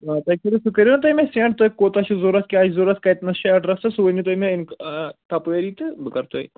آ تُہۍ کٔرِو سُہ کٔرِو نا تُہۍ مےٚ سیٚنٛڈ تۄہہِ کوتاہ چھُ ضروٗرت کیٛاہ چھِ ضروٗرت کَتنَس چھُ ایٚڈرَس سُہ ؤنِو تُہۍ مےٚ اِن تپٲری تہٕ بہٕ کرٕ تۄہہِ